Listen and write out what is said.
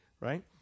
right